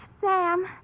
Sam